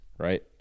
Right